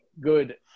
good